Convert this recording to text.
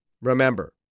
Remember